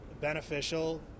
beneficial